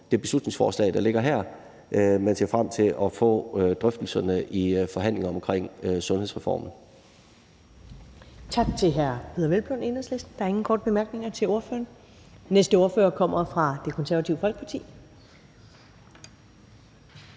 det beslutningsforslag, der ligger her, men ser frem til drøftelser i forhandlingerne om sundhedsreformen.